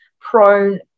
prone